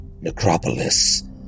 necropolis